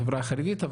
החברה החרדית,